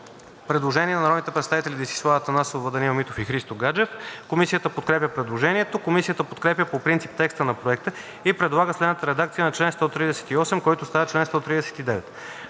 предложение на народните представители Десислава Атанасова, Даниел Митов и Христо Гаджев: Комисията подкрепя предложението. Комисията подкрепя по принцип текста на Проекта и предлага следната редакция на чл. 138, който става чл. 139: